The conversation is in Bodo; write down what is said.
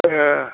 ए